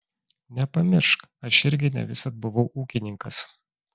nepamiršk aš irgi ne visad buvau ūkininkas